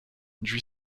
drzwi